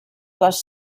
les